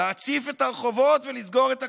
להציף את הרחובות ולסגור את הכבישים.